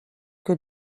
que